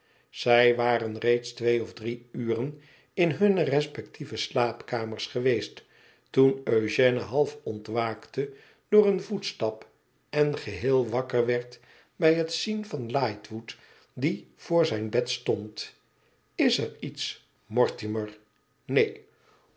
zij waren reeds twee of drie uren in hunne respectieve slaapkamers geweest toen eugène half ontwaakte door een voetst en geheel wakker werd bij het zien van lightwood die voor zijn bed stond is er iets mortimer ineen